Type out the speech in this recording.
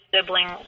sibling